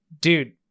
Dude